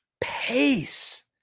pace